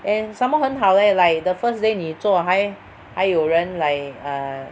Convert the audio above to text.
and some more 很好 leh like the first day 你做还还有人 like err